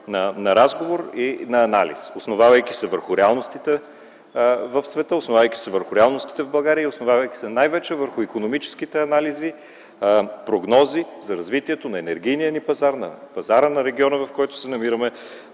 на разговора и на анализа, основавайки се върху реалностите в света, основавайки се върху реалностите в България и основавайки се най-вече върху икономическите анализи и прогнози за развитието на енергийния ни пазар, на пазара на региона, в който се намираме,